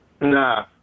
Nah